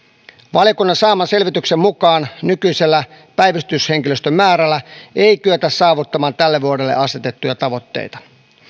valiokunnan saaman selvityksen mukaan nykyisellä päivystyshenkilöstön määrällä ei kyetä saavuttamaan tälle vuodelle asetettuja tavoitteita